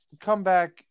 comeback